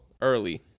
early